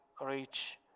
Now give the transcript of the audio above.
reach